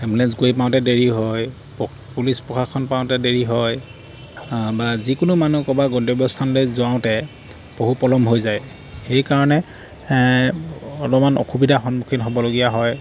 ambulance গৈ পাওঁতে দেৰি হয় পুলিচ প্ৰশাসন পাওঁতে দেৰি হয় বা যিকোনো মানুহ কোনোবা গন্তব্যস্থানলৈ যাওঁতে বহু পলন হৈ যায় সেইকাৰণে অলপমান অসুবিধাৰ সন্মুখীন হ'বলগীয়া হয়